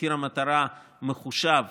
מחיר המטרה מחושב